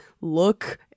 look